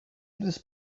through